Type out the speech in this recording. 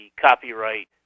copyright